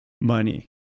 money